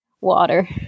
Water